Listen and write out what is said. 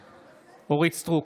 בעד אורית מלכה סטרוק,